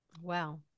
Wow